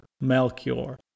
Melchior